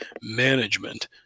management